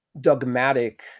dogmatic